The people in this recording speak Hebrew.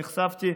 נחשפתי,